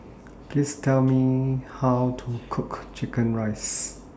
Please Tell Me How to Cook Chicken Rice